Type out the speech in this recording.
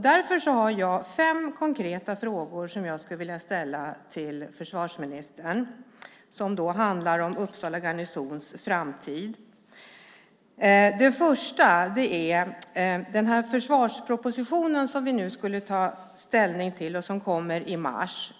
Därför har jag fem konkreta frågor som jag skulle vilja ställa till försvarsministern och som handlar om Uppsala garnisons framtid. Den första handlar om den försvarsproposition som vi ska ta ställning till och som kommer i mars.